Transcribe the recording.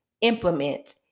implement